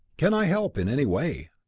can i help in any way?